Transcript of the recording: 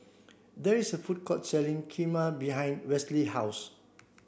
there is a food court selling Kheema behind Westley's house